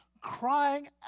crying